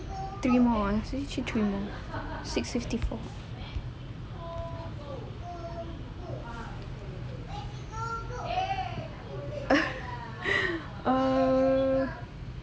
three more actually three more six fifty four